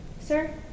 Sir